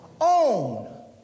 own